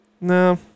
no